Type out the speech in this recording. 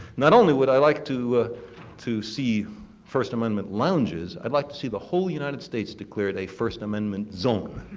not only would i like to ah to see first amendment lounges. i'd like to see the whole united states declared a first amendment zone.